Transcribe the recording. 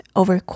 over